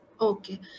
okay